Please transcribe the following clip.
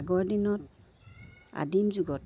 আগৰ দিনত আদিম যুগত